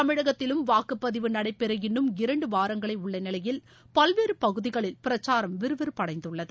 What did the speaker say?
தமிழகத்திலும் வாக்குப்பதிவு நடைபெற இன்னும் இரண்டு வாரங்களே உள்ள நிலையில் பல்வேறு பகுதிகளில் பிரச்சாரம் விறுவிறுப்பு அடைந்துள்ளது